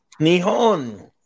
Nihon